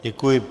Děkuji.